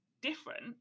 different